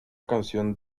canción